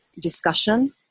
discussion